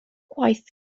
gwaith